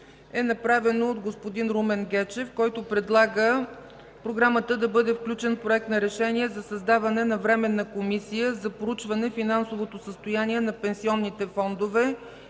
е направено от господин Румен Гечев, който предлага в Програмата да бъде включен Проект за решение за създаване на Временна комисия за проучване финансовото състояние на пенсионните фондове